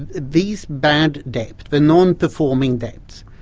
and these bad debts, the non-performing debts,